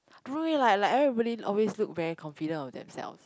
don't worry lah like like everybody always look very confident of themselves